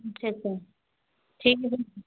अच्छा अच्छा ठीक है